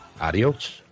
Adios